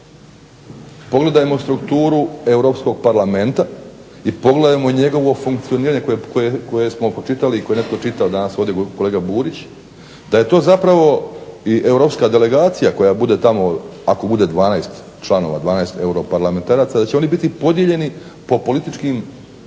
Pogledajmo strukturu Europskog parlamenta i pogledajmo njegovo funkcioniranje koje smo pročitali i koje je netko čitao danas ovdje, kolega Burić, da je to zapravo i europska delegacija koja bude tamo, ako bude 12 članova, 12 europarlamentaraca, da će oni biti podijeljeni po političkim